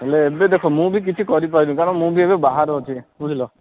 ହେଲେ ଏବେ ଦେଖ ମୁଁ ବି କିଛି କରି ପାରି କାରଣ ମୁଁ ବି ଏବେ ବାହାରେ ଅଛି ବୁଝିଲ